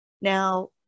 Now